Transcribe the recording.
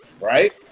right